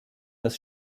das